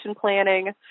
planning